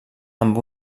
amb